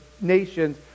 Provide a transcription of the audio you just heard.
nations